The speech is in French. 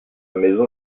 maison